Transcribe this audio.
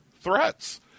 threats